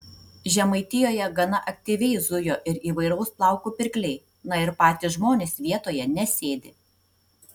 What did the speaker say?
žemaitijoje gana aktyviai zujo ir įvairaus plauko pirkliai na ir patys žmonės vietoje nesėdi